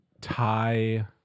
Thai